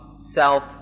self